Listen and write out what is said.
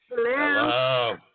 Hello